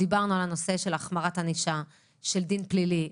דיברנו על הנושא של החמרת ענישה ודין פלילי.